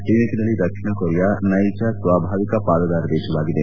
ಈ ನಿಟ್ಟನಲ್ಲಿ ದಕ್ಷಿಣ ಕೊರಿಯಾ ನೈಜ ಸ್ವಾಭಾವಿಕ ಪಾಲುದಾರ ದೇಶವಾಗಿದೆ